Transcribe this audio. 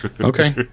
Okay